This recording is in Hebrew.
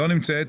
לא נמצאת.